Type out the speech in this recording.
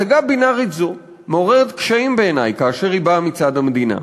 הצגה בינארית זו מעוררת קשיים בעיני כאשר היא באה מצד המדינה.